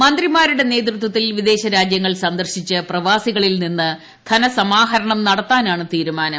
മന്ത്രിമാരുടെ നേതൃത്വത്തിൽ വിദേശ രാജ്യങ്ങൾ സന്ദർശിച്ച് പ്രവാസികളിൽ നിന്ന് ധനസമാഹരണം നടത്താനാണ് തീരുമാനം